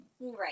Right